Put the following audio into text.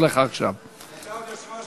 אמיר אוחנה.